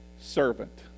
servant